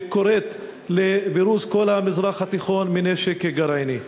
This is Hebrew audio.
שקוראת לפירוז כל המזרח התיכון מנשק גרעיני.